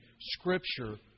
Scripture